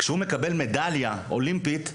כשהוא מקבל מדליה אולימפית,